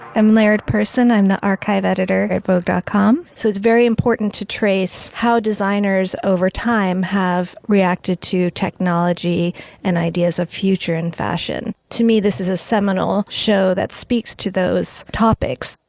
i'm laird persson. i'm the archive editor at vogue com, so it's very important to trace how designers, over time have reacted to technology and ideas of future in fashion. to me, this is a seminal show that speaks to those topics.